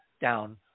down